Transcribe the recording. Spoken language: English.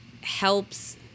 helps